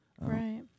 right